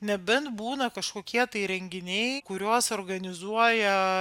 nebent būna kažkokie tai renginiai kuriuos organizuoja